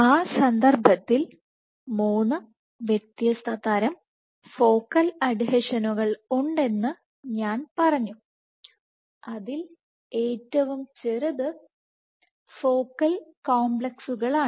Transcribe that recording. ആ സന്ദർഭത്തിൽ 3 വ്യത്യസ്ത തരം ഫോക്കൽ അഡ്ഹീഷനുകൾ ഉണ്ടെന്ന് ഞാൻ പറഞ്ഞു അതിൽ ഏറ്റവും ചെറിയത് ഫോക്കൽ കോംപ്ലക്സുകളാണ്